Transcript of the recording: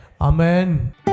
Amen